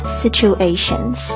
situations